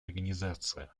организация